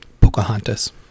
Pocahontas